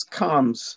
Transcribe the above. comes